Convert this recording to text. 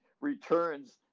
returns